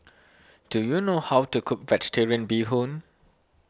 do you know how to cook Vegetarian Bee Hoon